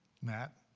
nat.